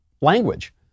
language